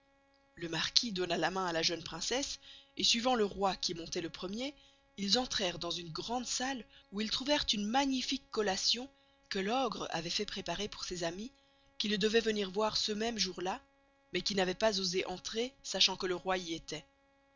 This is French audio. le marquis donna la main à la jeune princesse et suivant le roy qui montoit le premier ils entrerent dans une grande sale où ils trouverent une magnifique colation que l'ogre avoit fait preparer pour ses amis qui le devoient venir voir ce même jour-là mais qui n'avoient pas osé entrer sçachant que le roy y estoit